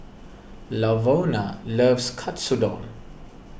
Lavona loves Katsudon